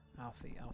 Alfie